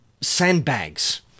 sandbags